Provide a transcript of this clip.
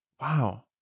Wow